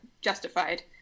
justified